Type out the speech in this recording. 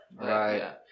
right